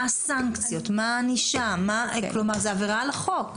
מה הסנקציות, מה הענישה, כלומר זו עבירה על החוק.